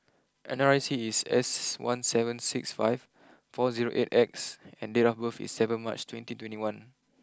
N R I C is S one seven six five four zero eight X and date of birth is seven March twenty twenty one